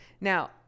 Now